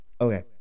Okay